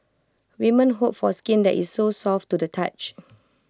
women hope for skin that is so soft to the touch